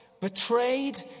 betrayed